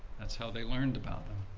that's how they learned about them.